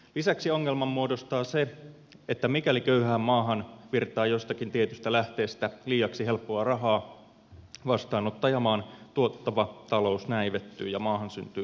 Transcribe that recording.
lisäksi ongelman muodostaa se että mikäli köyhään maahan virtaa jostakin tietystä lähteestä liiaksi helppoa rahaa vastaanottajamaan tuottava talous näivettyy ja maahan syntyy lisää korruptiota